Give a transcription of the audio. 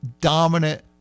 dominant